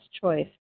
choice